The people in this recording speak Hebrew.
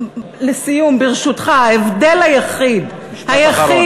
לסיום, ברשותך, ההבדל היחיד, משפט אחרון.